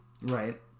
Right